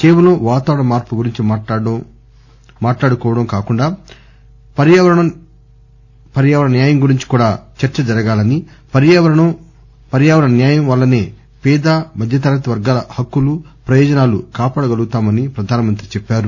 కేవలం వాతావరణ మార్పు గురించి మాట్లాడుకోవడం కాకుండా పర్యావరణ న్యాయం గురించి కూడా చర్చ జరగాలని పర్యావరణం న్యాయం వల్లనే పేద మధ్యతరగతి వర్గాల హక్కులు ప్రయోజనాలు కాపాడగలుగుతామని ప్రధానమంత్రి చెప్పారు